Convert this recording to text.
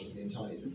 entirely